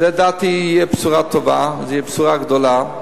לדעתי זו תהיה בשורה טובה, בשורה גדולה.